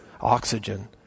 oxygen